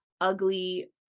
ugly